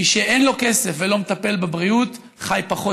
מי שאין לו כסף ולא מטפל בבריאות חי פחות